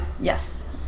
Yes